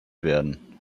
werden